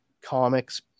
Comics